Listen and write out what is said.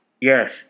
Yes